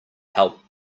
help